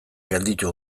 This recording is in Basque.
gelditu